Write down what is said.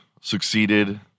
succeeded